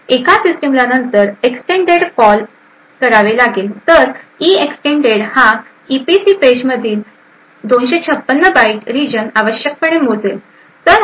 एका सिस्टिमला नंतर ईएक्सटेंड कॉल करावे लागेल तर ईएक्सटेंड EEXTEND हा ईपीसी पेजमधील 256 बाइट रिजन आवश्यकपणे मोजेल